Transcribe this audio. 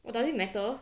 but does it matter